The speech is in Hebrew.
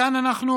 נא לסיים.